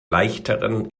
leichteren